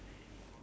ya